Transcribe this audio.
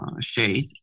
shade